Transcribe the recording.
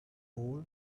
all